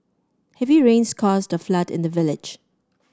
heavy rains caused the flood in the village